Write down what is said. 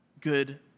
good